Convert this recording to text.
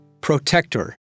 Protector